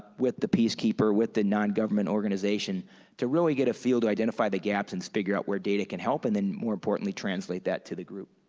with the peace keeper, with the non-government organization to really get a feel to identify the gaps and figure out where data can help, and then more importantly translate that to the group.